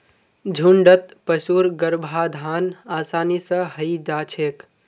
झुण्डत पशुर गर्भाधान आसानी स हई जा छेक